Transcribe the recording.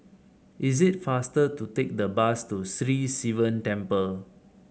is it faster to take the bus to Sri Sivan Temple